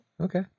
Okay